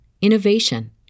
innovation